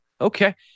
okay